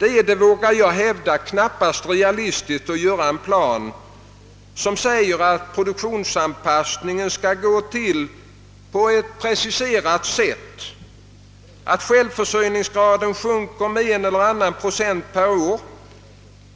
Jag vågar hävda att det inte är realistiskt att göra en plan som preciserar sättet för produktionsanpassningen och som innehåller förslag att självförsörjningsgraden skall sjunka med en viss procent per år,